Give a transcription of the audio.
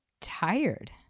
tired